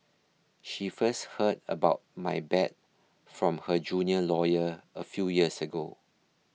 she first heard about my bad from her junior lawyer a few years ago